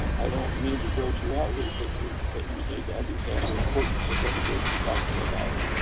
i don't mean to gross you out with the pictures, but you need to understand the importance of what it is we are talking about.